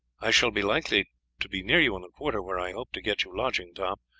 i shall be likely to be near you in the quarter where i hope to get you lodging, tom,